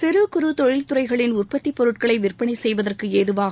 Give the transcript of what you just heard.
சிறு குறு தொழில் துறைகளின் உற்பத்தி பொருட்களை விற்பளை செய்வதற்கு ஏதுவாக